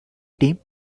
team